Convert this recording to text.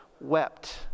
wept